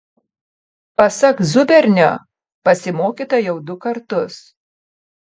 pasak zubernio pasimokyta jau du kartus